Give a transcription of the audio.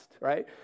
right